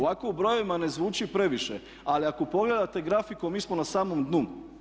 Ovako u brojevima ne zvuči previše ali ako pogledate grafikon mi smo na samom dnu.